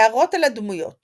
הערות על הדמויות